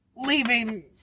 leaving